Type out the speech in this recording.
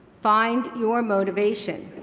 find your motivation.